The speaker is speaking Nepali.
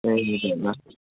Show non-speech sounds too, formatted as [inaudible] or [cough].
[unintelligible]